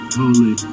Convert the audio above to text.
holy